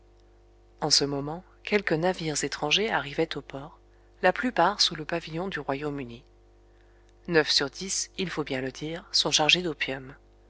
en ce moment quelques navires étrangers arrivaient au port la plupart sous le pavillon du royaume-uni neuf sur dix il faut bien le dire sont chargés d'opium